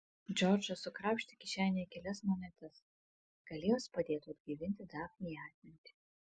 džordžas sukrapštė kišenėje kelias monetas gal jos padėtų atgaivinti dafnei atmintį